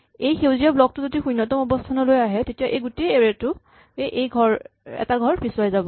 এই সেউজীয়া ব্লক টো যদি শূণ্যতম অৱস্হানলৈ আহে তেতিয়া গোটেই এৰে টোৱেই এটা ঘৰ পিছুৱাই যাব